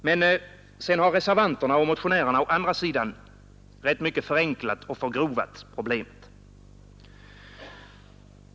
Å "ändra §idah Har reservanterna och motionärerna rätt mycket förenklat och förgrovat problemet.